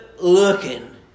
looking